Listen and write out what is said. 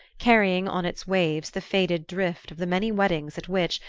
carrying on its waves the faded drift of the many weddings at which,